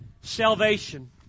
salvation